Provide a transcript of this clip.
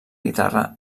guitarra